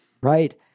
right